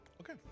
Okay